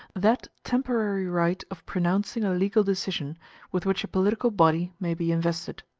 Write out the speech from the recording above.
that temporary right of pronouncing a legal decision with which a political body may be invested.